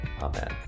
Amen